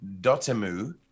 Dotemu